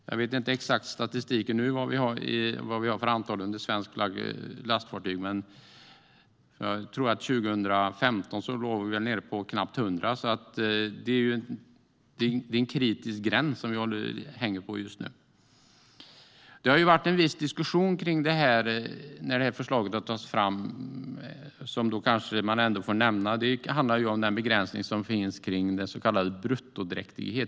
Jag vet inte exakt hur statistiken ser ut just nu när det gäller hur många lastfartyg vi har under svensk flagg, men jag tror att vi var nere på knappt 100 under 2015. Det är en kritisk gräns som vi är på nu. Det har varit en viss diskussion när det här förslaget har tagits fram som man ändå får nämna. Det handlar om den begränsning som finns kring den så kallade bruttodräktigheten.